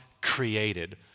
created